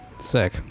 Sick